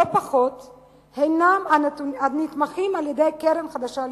לא פחות, נתמכים על-ידי הקרן החדשה לישראל.